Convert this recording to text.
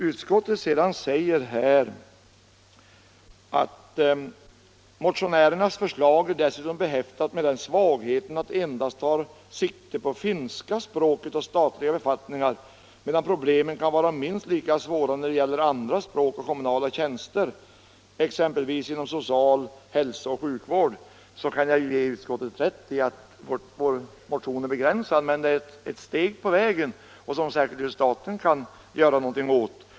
Utskottet säger sedan: ”Motionärernas förslag är dessutom behäftat med den svagheten att det endast tar sikte på finska språket och statliga befattningar, medan problemen kan vara minst lika svåra när det gäller andra språk och kommunala tjänster, exempelvis inom social-, hälsooch sjukvården.” Jag kan ge utskottet rätt i att vår motion är begränsad, men den gäller ett steg på vägen som särskilt staten kan göra någonting åt.